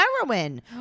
heroin